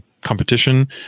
competition